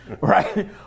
right